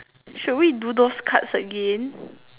should we do those cards again